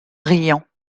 riant